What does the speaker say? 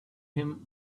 him